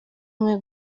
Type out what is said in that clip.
mwe